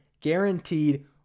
guaranteed